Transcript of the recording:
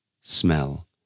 smell